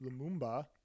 Lumumba